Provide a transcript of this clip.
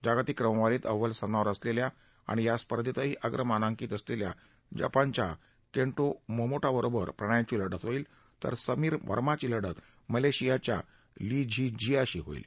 जागतिक क्रमवारीत अव्वल स्थानावर असलेल्या आणि या स्पर्धेतही अग्रमानांकित असलेल्या जपानच्या केन्टो मोमोटाबरोबर प्रणॉयची लढत होईल तर समीर वर्माची लढत मलेशियाच्या ली झी जियाशी होईल